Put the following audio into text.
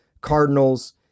Cardinals